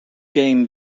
game